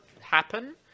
happen